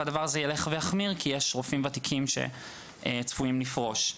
והדבר הזה ילך ויחמיר כי יש רופאים ותיקים שצפויים לפרוש.